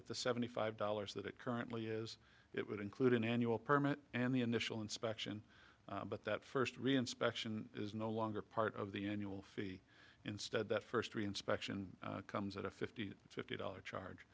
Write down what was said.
at the seventy five dollars that it currently is it would include an annual permit and the initial inspection but that first reinspection is no longer part of the union will feed instead that first three inspection comes at a fifty fifty dollars charge